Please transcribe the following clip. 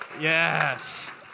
Yes